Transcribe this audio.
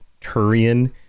Turian